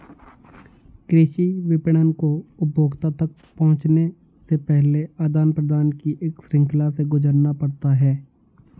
कृषि विपणन को उपभोक्ता तक पहुँचने से पहले आदान प्रदान की एक श्रृंखला से गुजरना पड़ता है